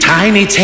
tiny